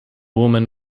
woman